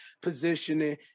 positioning